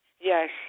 Yes